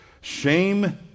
shame